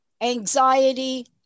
anxiety